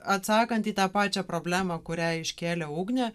atsakant į tą pačią problemą kurią iškėlė ugnė